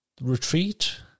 retreat